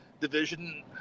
division